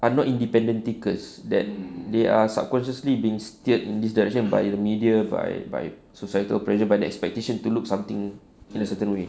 are not independent thinkers that they are subconsciously being steered in this direction by the media by by societal pressure by the expectation to look something in a certain way